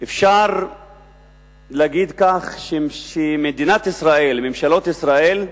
אפשר להגיד כך שמדינת ישראל, ממשלות ישראל,